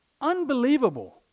Unbelievable